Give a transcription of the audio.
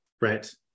Right